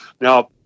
now